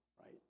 right